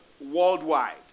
worldwide